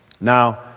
Now